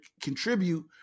contribute